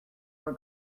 were